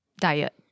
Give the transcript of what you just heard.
diet